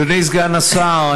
אדוני סגן השר,